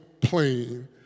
plain